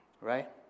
right